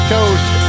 Coast